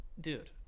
dude